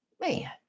man